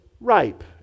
ripe